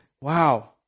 Wow